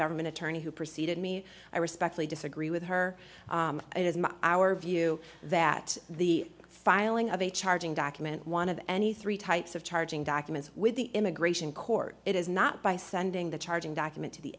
government attorney who preceded me i respectfully disagree with her it is my our view that the filing of a charging document one of any three types of charging documents with the immigration court it is not by sending the charging document to the